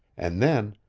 and then,